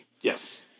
Yes